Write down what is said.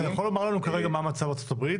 אתה יכול לומר לנו כרגע מה המצב בארצות הברית